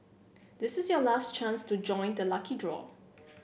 this is your last chance to join the lucky draw